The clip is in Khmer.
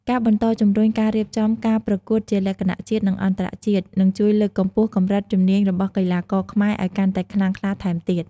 ការបន្តជំរុញការរៀបចំការប្រកួតជាលក្ខណៈជាតិ និងអន្តរជាតិ នឹងជួយលើកកម្ពស់កម្រិតជំនាញរបស់កីឡាករខ្មែរឱ្យកាន់តែខ្លាំងក្លាថែមទៀត។